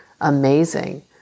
amazing